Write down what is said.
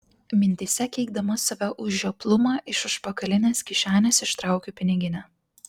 mintyse keikdama save už žioplumą iš užpakalinės kišenės ištraukiu piniginę